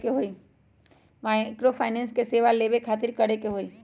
Microfinance के सेवा लेबे खातीर की करे के होई?